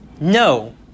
No